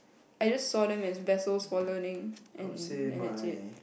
I just saw them as vessels for learning and and that's it